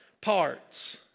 parts